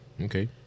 Okay